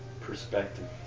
perspective